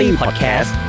podcast